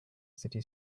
city